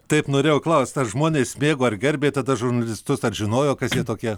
taip norėjau klaust ar žmonės mėgo ar gerbė tada žurnalistus ar žinojo kas jie tokie